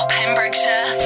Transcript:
Pembrokeshire